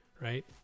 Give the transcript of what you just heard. right